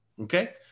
okay